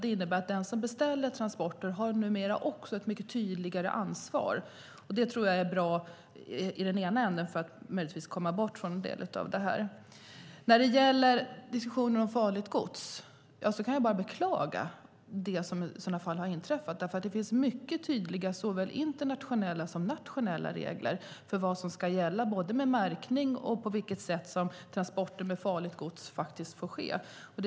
Det innebär att också den som beställer transporter numera har ett mycket tydligare ansvar. Jag tror att det är bra i ena ändan för att möjligtvis komma bort från en del av det här. När det gäller diskussionen om farligt gods kan jag bara beklaga det som i sådana fall inträffat. Det finns mycket tydliga såväl internationella som nationella regler om vad som gäller avseende märkning och hur transporter med farligt gods får ske.